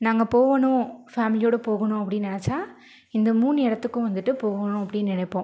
நாங்கள் போகணும் ஃபேமிலியோட போகணும் அப்படினு நெனைச்சா இந்த மூணு இடத்துக்கும் வந்துட்டு போகணுனும் அப்படினு நெனைப்போம்